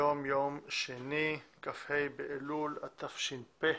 היום יום שני, כ"ה באלול התש"ף,